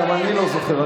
גם אני לא זוכר.